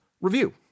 review